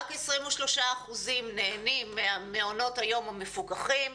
רק 23 אחוזים נהנים ממעונות היום המפוקחים,